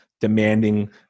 demanding